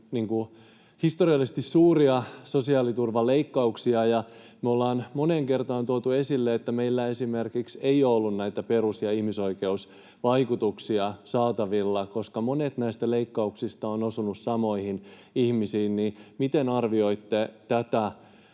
historiallisesti suuria sosiaaliturvaleikkauksia, ja me ollaan moneen kertaan tuotu esille, että meillä esimerkiksi ei ole ollut näitä perus- ja ihmisoikeusvaikutuksia saatavilla. Koska monet näistä leikkauksista ovat osuneet samoihin ihmisiin, niin miten arvioitte tätä